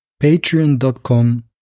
Patreon.com